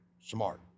smart